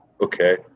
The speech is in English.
okay